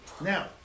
Now